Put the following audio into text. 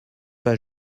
pas